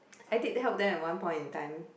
I did help them in one point in time